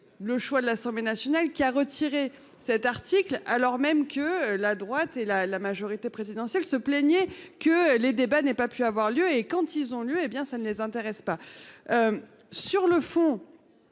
le choix de l'Assemblée. Lionel qui a retiré cet article alors même que la droite et la la majorité présidentielle se plaignait que les débats n'aient pas pu avoir lieu et quand ils ont lieu, et bien ça ne les intéresse pas. Sur le fond.